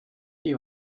die